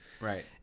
Right